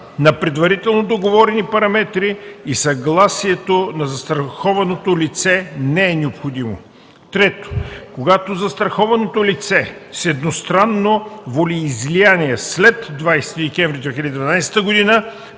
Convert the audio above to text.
на предварително договорени параметри и съгласието на застрахованото лице не е необходимо; 3. когато застрахованото лице с едностранно волеизявление след 20 декември 2012 г.